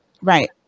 Right